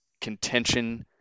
contention